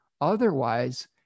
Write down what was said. otherwise